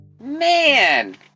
Man